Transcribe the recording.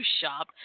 Shop